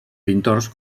pintors